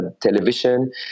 television